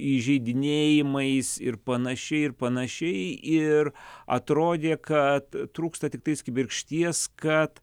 įžeidinėjimais ir panašiai ir panašiai ir atrodė kad trūksta tiktai kibirkšties kad